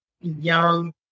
young